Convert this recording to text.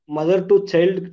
Mother-to-child